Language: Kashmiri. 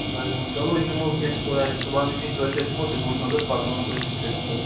چلو یِمو کیٚنٛہہ چھُنہٕ پرواے صُبحَن نہٕ کیٚنٛہہ کٲلۍکٮ۪تھ یِمَو دِموس نظر پَتہٕ وَنو بہٕ أتھی کیٛاہ چھُس کَرُن